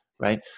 Right